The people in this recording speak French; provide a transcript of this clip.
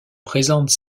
présente